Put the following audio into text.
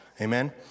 Amen